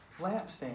lampstand